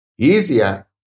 Easier